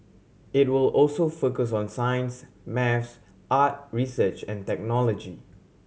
it will also focus on science maths art research and technology